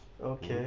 Okay